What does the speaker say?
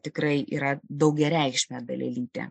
tikrai yra daugiareikšmė dalelytė